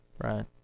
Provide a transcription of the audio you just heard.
Right